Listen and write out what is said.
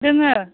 दोङो